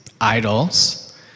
idols